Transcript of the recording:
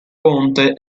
ponte